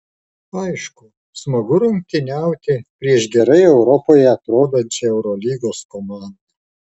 aišku smagu rungtyniauti prieš gerai europoje atrodančią eurolygos komandą